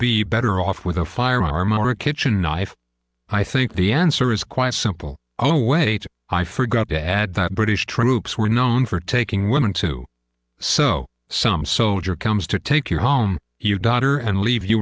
be better off with a firearm or a kitchen knife i think the answer is quite simple oh wait i forgot to add that british troops were known for taking women too so some soldier comes to take your home you daughter and leave you